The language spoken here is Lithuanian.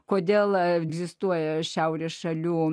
kodėl egzistuoja šiaurės šalių